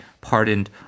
pardoned